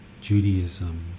Judaism